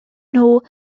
nhw